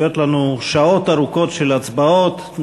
צפויות לנו שעות ארוכות של הצבעות.